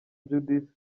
judith